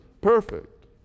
perfect